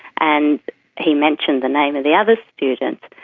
and he mentioned the name of the other student.